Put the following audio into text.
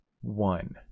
one